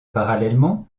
parallèlement